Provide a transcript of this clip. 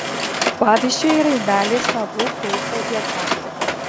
pavyzdžiui rainelės nagų pulso diagnostika